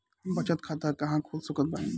हम बचत खाता कहां खोल सकत बानी?